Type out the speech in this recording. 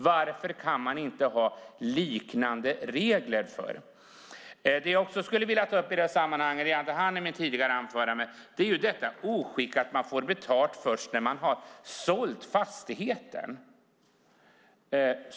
Varför kan man då inte ha liknande regler för det? Det jag också skulle vilja ta upp i det här sammanhanget och som jag inte hann i mitt tidigare anförande är oskicket att man får betalt först när man har sålt fastigheten.